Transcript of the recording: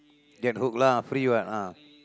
get hook lah free what ah